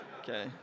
Okay